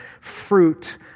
fruit